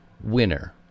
winner